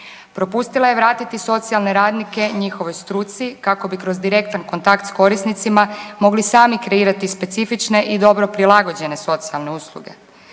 Propustila je vratiti socijalne radnike njihovoj struci kako bi kroz direktan kontakt s korisnicima mogli sami kreirati specifične i dobro prilagođene socijalne usluge.